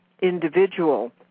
individual